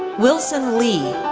wilson ly,